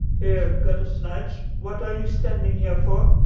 here, gutter-snipes, what are you standing here for?